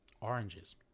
Oranges